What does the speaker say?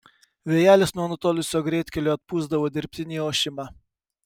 vėjelis nuo nutolusio greitkelio atpūsdavo dirbtinį ošimą